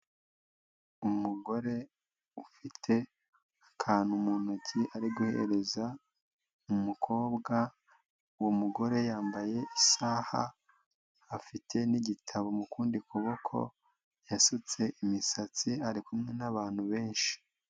Umugore ufite akantu mu ntoki ari guhereza umukobwa, uwo mugore yambaye isaha, afite n'igitabo mu kundi kuboko yasutse imisatsi ari kumwe n'abantu benshi.